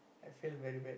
I feel very bad